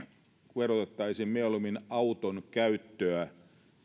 verotettaisiin mieluummin auton käyttöä